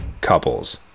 couples